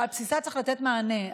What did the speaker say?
ועל בסיסה צריך לתת מענה.